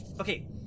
Okay